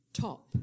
top